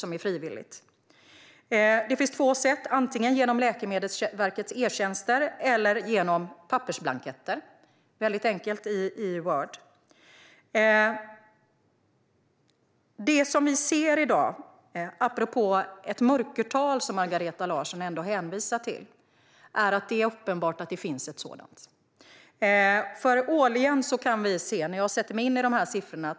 I dag finns det två sätt att rapportera: genom Läkemedelsverkets e-tjänster och genom pappersblanketter. Det är väldigt enkelt i Word. Margareta Larsson hänvisar till ett mörkertal. Det är uppenbart att det i dag finns ett sådant, kan jag se när jag sätter mig in i siffrorna.